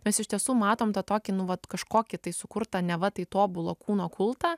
mes iš tiesų matom tą tokį nu vat kažkokį tai sukurtą neva tai tobulo kūno kultą